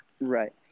Right